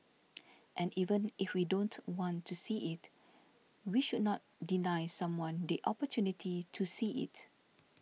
and even if we don't want to see it we should not deny someone the opportunity to see it